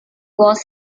was